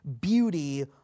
beauty